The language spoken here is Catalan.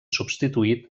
substituït